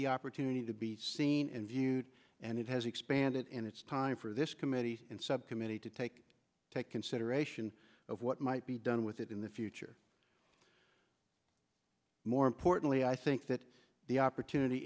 the opportunity to be seen and viewed and it has expanded and it's time for this committee and subcommittee to take take consideration of what might be done with it in the future more importantly i think that the opportunity